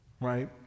right